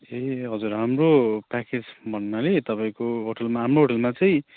ए हजुर हाम्रो प्याकेज भन्नाले तपाईँको होटलमा हाम्रो होटलमा चाहिँ